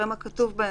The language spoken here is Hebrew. כתוב בהן.